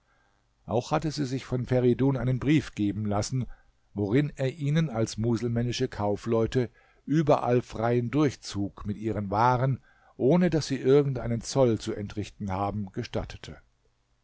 auch hatte sie sich von feridun einen brief geben lassen worin er ihnen als muselmännische kaufleute überall freien durchzug mir ihren waren ohne daß sie irgend einen zoll zu entrichten haben gestattete